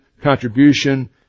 contribution